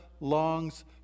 longs